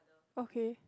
okay